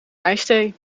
ijsthee